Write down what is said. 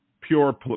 pure